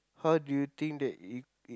how do you think that it it